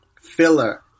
filler